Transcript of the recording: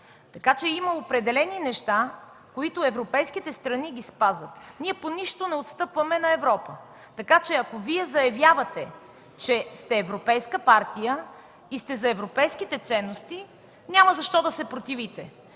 Така че има определени неща, които европейските страни спазват. Ние по нищо не отстъпваме на Европа. Ако Вие заявявате, че сте европейска партия и сте за европейските ценности, няма защо да се противите.